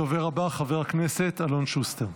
הדובר הבא, חבר הכנסת אלון שוסטר.